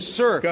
sir